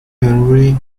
henry